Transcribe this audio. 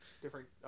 different